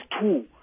two